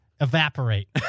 evaporate